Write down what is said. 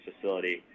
facility